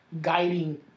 guiding